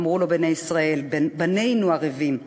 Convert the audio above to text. אמרו לו בני ישראל: בנינו ערבים.